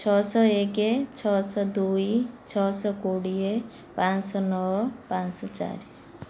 ଛଅଶହ ଏକ ଛଅଶହ ଦୁଇ ଛଅଶହ କୋଡ଼ିଏ ପାଞ୍ଚଶହ ନଅ ପାଞ୍ଚଶହ ଚାରି